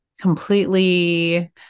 completely